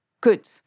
good